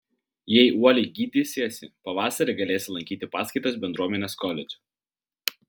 jei uoliai gydysiesi pavasarį galėsi lankyti paskaitas bendruomenės koledže